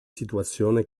situazione